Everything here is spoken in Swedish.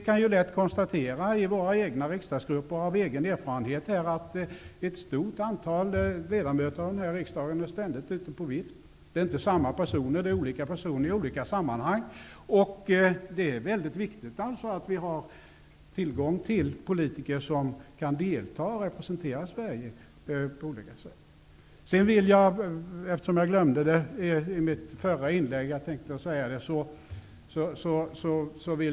Det är lätt för oss att, med erfarenhet av hur det är i den egna riksdagsgruppen, konstatera att ett stort antal ledamöter av riksdagen ständigt är ute på vift. Det rör sig inte alltid om samma personer, utan det är olika personer i olika sammanhang. Det är alltså väldigt viktigt att ha tillgång till politiker som kan delta och representera Sverige på olika sätt. Sedan vill jag ta upp en sak som jag glömde att nämna i mitt förra inlägg.